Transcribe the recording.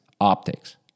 optics